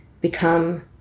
become